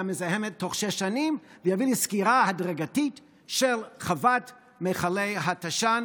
המזהמת תוך שש שנים ויביא לסגירה הדרגתית של חוות מכלי תש"ן